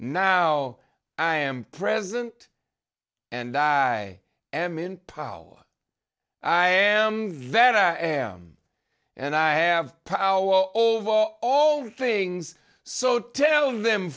now i am present and i am in power i am vet i am and i have power over all things so tell them